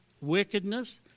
wickedness